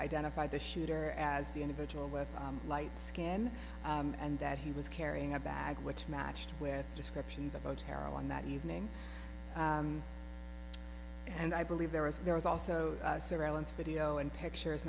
identified the shooter as the individual with light skin and that he was carrying a bag which matched with descriptions of otero on that evening and i believe there was there was also surveillance video and pictures